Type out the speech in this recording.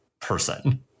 person